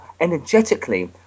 energetically